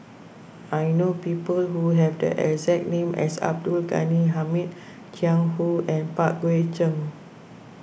I know people who have the exact name as Abdul Ghani Hamid Jiang Hu and Pang Guek Cheng